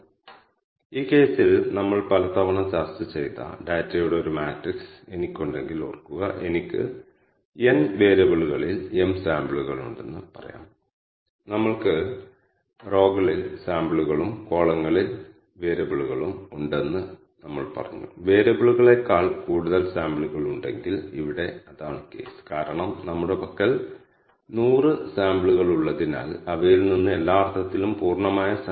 ഞാൻ ഇവിടെ ചില പ്രധാനപ്പെട്ട ആർഗ്യുമെന്റുകൾ നൽകിയിട്ടുണ്ട് x എന്നത് ഡാറ്റയുടെ സംഖ്യാ മാട്രിക്സ് അല്ലെങ്കിൽ ഒരു മാട്രിക്സിലേക്ക് നിർബന്ധിതമാക്കാവുന്ന ഒബ്ജക്റ്റുകളെ സൂചിപ്പിക്കുന്നു ഈ കേന്ദ്രങ്ങളിൽ ഈ ഡാറ്റയിൽ നിന്ന് നിങ്ങൾ സൃഷ്ടിക്കാൻ ആഗ്രഹിക്കുന്ന ക്ലസ്റ്ററുകളുടെ എണ്ണം നമുക്ക് നൽകാം അല്ലെങ്കിൽ നിങ്ങൾക്ക് ഒരു കൂട്ടം പ്രാരംഭ ക്ലസ്റ്റർ കേന്ദ്രങ്ങൾ നൽകാം